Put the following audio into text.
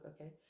okay